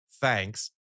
Thanks